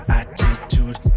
attitude